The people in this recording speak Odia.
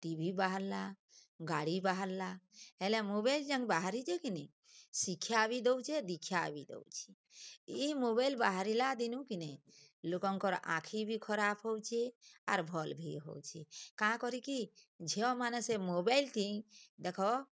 ଟିଭି ବାହାରିଲା ଗାଡ଼ି ବାହାରିଲା ହେଲେ ମୋବାଇଲ୍ ଯେନ୍ ବାହାରିଛେ କି ନେଇଁ ଶିକ୍ଷା ବି ଦଉଛେ ଦୀକ୍ଷା ବି ଦେଉଛି ଏଇ ମୋବାଇଲ୍ ବାହାରିଲା ଦିନୁ କି ନେଇଁ ଲୋକଙ୍କର ଆଖି ବି ଖରାପ ହେଉଛି ଆର୍ ଭଲ୍ ବି ହେଉଛି କାଁ କରି କି ଝିଅମାନେ ସେ ମୋବାଇଲ୍ କି ଦେଖ